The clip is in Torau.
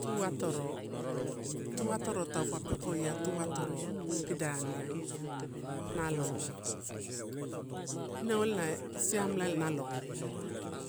Tu atoro, tu atoro taupe pekoia tuatoro pidaniai nalo inau ela na siamela ela nalo